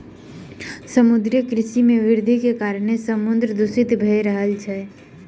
समुद्रीय कृषि मे वृद्धिक कारणेँ समुद्र दूषित भ रहल अछि